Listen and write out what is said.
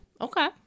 Okay